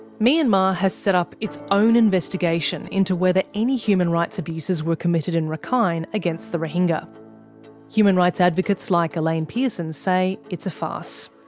myanmar has set up its own investigation into whether any human rights abuses were committed in rakhine against the rohingya. human rights advocates, like elaine pearson, say it's a farce.